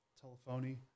telephony